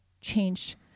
changed